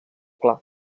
clar